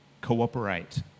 cooperate